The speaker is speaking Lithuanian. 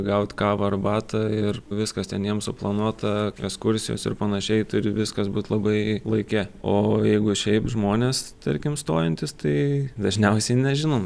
gaut kavą arbatą ir viskas ten jiem suplanuota ekskursijos ir panašiai turi viskas būt labai laike o jeigu šiaip žmonės tarkim stojantys tai dažniausiai nežinom